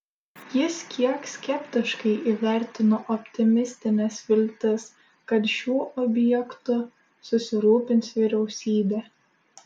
jis kiek skeptiškai įvertino optimistines viltis kad šiuo objektu susirūpins vyriausybė